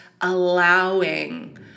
allowing